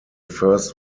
first